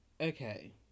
Okay